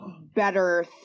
better